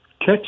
catch